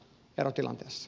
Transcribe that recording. kiitos